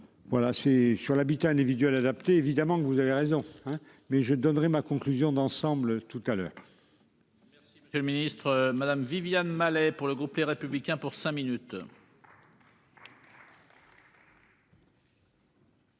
Voilà, c'est sur l'habitat individuel adapté évidemment que vous avez raison hein mais je donnerai ma conclusion d'ensemble tout à l'heure.--